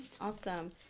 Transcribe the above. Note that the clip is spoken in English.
awesome